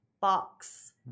box